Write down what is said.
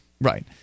right